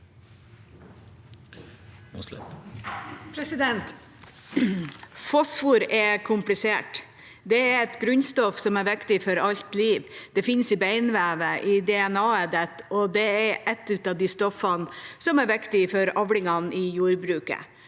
Fosfor er komplisert. Det er et grunnstoff som er viktig for alt liv. Det finnes i beinvevet og i DNA-et, og det er et av de stoffene som er viktig for avlingene i jordbruket.